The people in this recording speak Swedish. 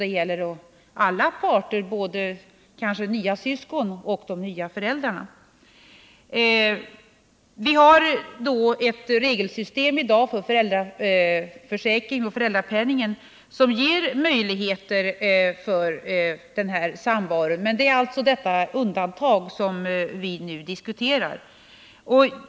Det gäller alla parter, både nya syskon och de nya föräldrarna. Vi har i dag ett regelsystem för föräldraförsäkring och föräldrapenning som ger möjligheter till denna samvaro, men det är alltså detta undantag som vi nu diskuterar.